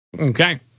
Okay